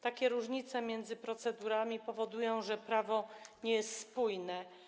Takie różnice między procedurami powodują, że prawo nie jest spójne.